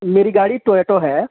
میری گاڑی ٹویوٹو ہے